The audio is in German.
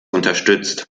unterstützt